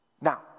Now